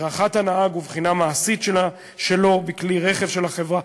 הדרכת הנהג ובחינה מעשית שלו בכלי הרכב של החברה,